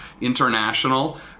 international